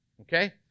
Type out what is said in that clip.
Okay